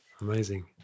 Amazing